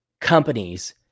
companies